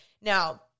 Now